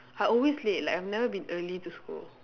I always late like I've never been early to school